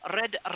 Red